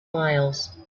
miles